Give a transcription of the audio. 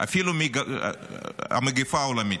ואפילו מגפה עולמית.